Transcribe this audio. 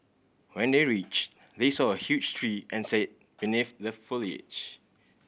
when they reached they saw a huge tree and sat beneath the foliage